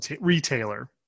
retailer